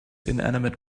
inanimate